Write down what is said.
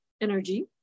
energy